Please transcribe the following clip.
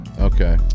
Okay